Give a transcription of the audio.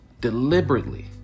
deliberately